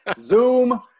zoom